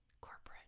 corporate